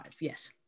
Yes